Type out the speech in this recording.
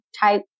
type